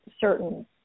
certain